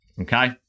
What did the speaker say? okay